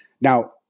Now